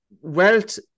Wealth